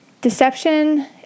deception